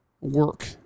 work